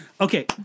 Okay